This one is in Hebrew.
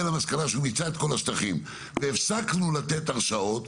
למסקנה שהוא מיצה את כל השטחים והפסקנו לתת הרשאות,